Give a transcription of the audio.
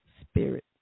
spirit